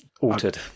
altered